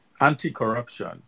anti-corruption